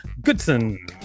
Goodson